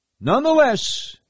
Nonetheless